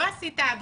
לא עשית הדרכה?